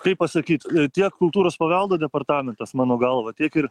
kaip pasakyt tiek kultūros paveldo departamentas mano galva tiek ir